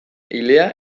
ilea